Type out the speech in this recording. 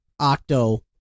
Octo